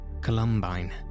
Columbine